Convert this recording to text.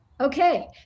Okay